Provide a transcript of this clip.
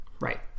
right